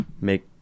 make